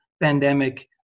pandemic